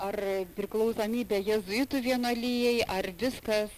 ar priklausomybė jėzuitų vienuolijai ar viskas